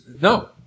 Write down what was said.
No